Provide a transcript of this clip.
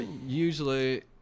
Usually